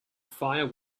fire